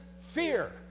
fear